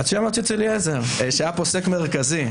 -- הציץ אליעזר, שהיה פוסק מרכזי.